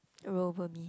roll over me